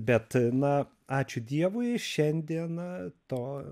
bet na ačiū dievui šiandien to